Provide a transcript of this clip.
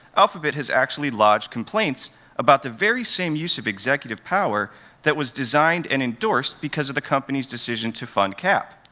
alphabet has actually lodged complaints about the very same use of executive power that was designed and endorsed because of the company's decision to fund cap.